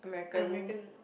American